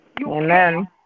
Amen